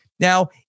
Now